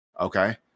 Okay